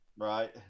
Right